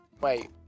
wait